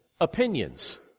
opinions